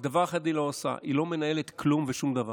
רק דבר אחד היא לא עושה: היא לא מנהלת כלום ושום דבר,